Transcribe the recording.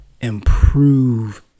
improve